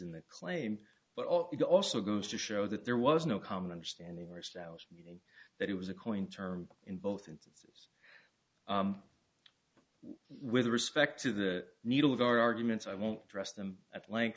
in the claim but it also goes to show that there was no common understanding ourselves meaning that it was a coin term in both instances with respect to the needle of our arguments i won't dress them at l